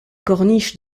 corniche